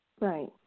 Right